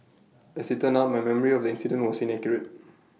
as IT turned out my memory of the incident was inaccurate